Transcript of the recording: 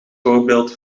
voorbeeld